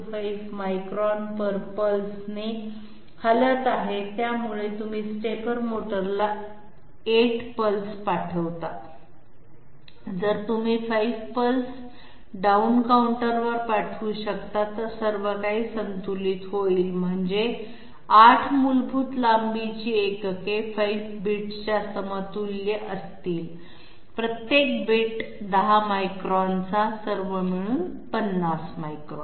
25 micron pulse ने हलत आहे त्यामुळे तुम्ही स्टेपर मोटरला 8 पल्स पाठवता जर तुम्ही 5 पल्स डाउन काउंटरवर पाठवू शकता तर सर्वकाही संतुलित होईल म्हणजे 8 मूलभूत लांबीची एकके 5 बिट्सच्या समतुल्य असतील प्रत्येक बीट 10 मायक्रॉन चा सर्व मिळून 50 मायक्रॉन